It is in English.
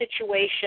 situation